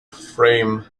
frame